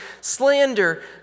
slander